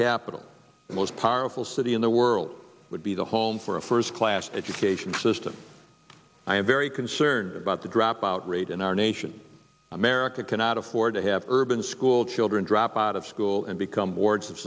capital the most powerful city in the world would be the home for a first class education system i am very concerned about the dropout rate in our nation america cannot afford to have urban school children drop out of school and become wards of